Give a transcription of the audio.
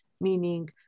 meaning